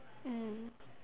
mm